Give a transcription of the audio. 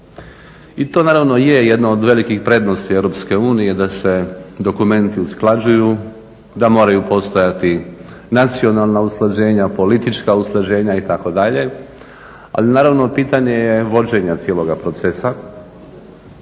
I to naravno je jedna od velikih prednosti Europske unije da se dokumenti usklađuju, da moraju postojati nacionalna usklađenja, politička usklađenja itd. Ali naravno pitanje je vođenja cijeloga procesa.